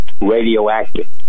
radioactive